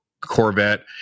corvette